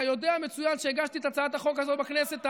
אתה יודע מצוין שהגשתי את הצעת החוק הזאת בכנסת,